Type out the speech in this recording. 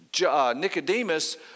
Nicodemus